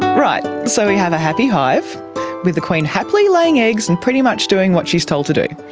right, so we have a happy hive with the queen happily laying eggs and pretty much doing what she is told to do.